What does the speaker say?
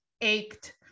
ached